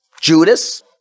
Judas